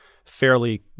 fairly